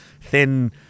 thin